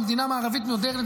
במדינה מערבית מודרנית,